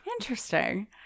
Interesting